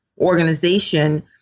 organization